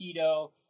keto